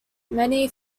many